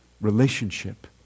relationship